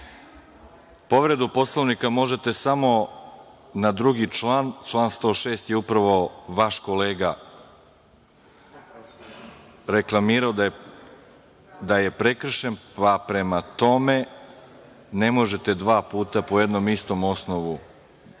Povredu Poslovnika možete samo na drugi član. Član 106. je upravo vaš kolega reklamirao da je prekršen, pa, prema tome, ne možete dva puta po jednom istom osnovu